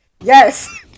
Yes